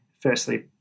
firstly